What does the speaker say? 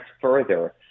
further